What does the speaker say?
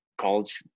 college